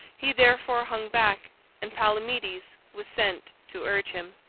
he therefore hung back and palamedes was sent to urge him.